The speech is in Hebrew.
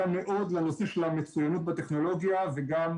גם מאוד לנושא של המצוינות בטכנולוגיה וגם